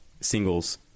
singles